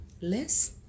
Less